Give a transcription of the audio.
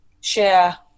share